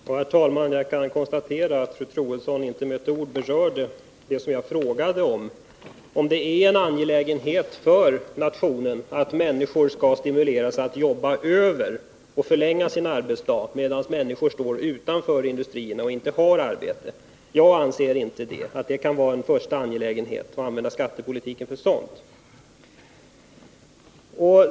Herr talman! Jag kan konstatera att fru Troedsson inte med ett ord berörde det som jag frågade om, om det är en angelägenhet för nationen att människor skall stimuleras att jobba över och förlänga sin arbetsdag, medan det finns människor som står utanför industrierna och inte har något arbete. Jag anser inte att det kan vara angeläget att använda skattepolitiken på ett sådant sätt.